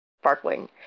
sparkling